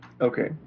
Okay